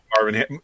Marvin